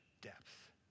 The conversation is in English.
depth